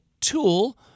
tool